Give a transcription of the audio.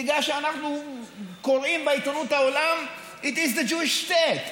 בגלל שאנחנו קוראים בעיתונות העולם: It is the Jewish state.